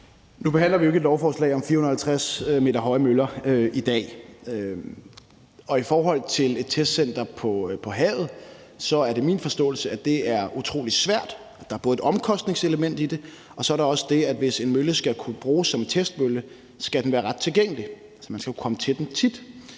Nu behandler vi jo ikke et lovforslag om 450 m høje møller i dag. Og i forhold til et testcenter på havet er det min forståelse, at det er utrolig svært. Der er både et omkostningselement i det, og så er der det, at hvis en mølle skal kunne bruges som testmølle, skal den være ret tilgængelig. Man skal kunne komme til den tit.